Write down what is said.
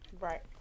Right